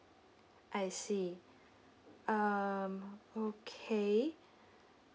I see um okay